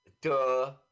Duh